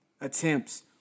attempts